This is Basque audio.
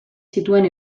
zituen